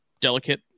delicate